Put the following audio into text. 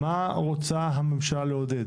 מה רוצה הממשלה לעודד?